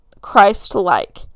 Christ-like